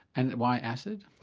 and why acid?